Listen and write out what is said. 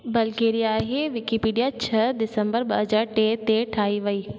बल्गेरिया हे विकिपीडिया छह दिसंबर ॿ हज़ार टे ते ठाई वई